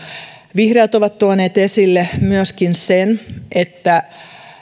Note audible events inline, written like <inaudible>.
vihreät ovat tuoneet esille <unintelligible> <unintelligible> <unintelligible> <unintelligible> myöskin sen että